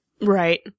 Right